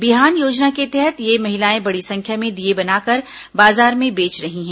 बिहान योजना के तहत ये महिलाएं बड़ी संख्या में दीये बनाकर बाजार में बेच रही हैं